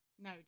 No